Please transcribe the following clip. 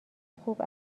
خوب